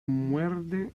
muerde